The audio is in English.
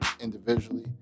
individually